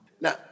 Now